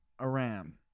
Aram